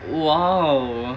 !wow!